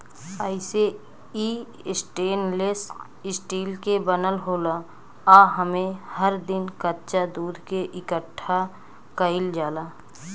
अइसे इ stainless steel के बनल होला आ एमे हर दिन कच्चा दूध के इकठ्ठा कईल जाला